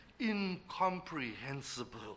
incomprehensible